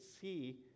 see